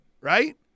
right